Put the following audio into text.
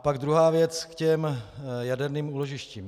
Pak druhá věc, k jaderným úložištím.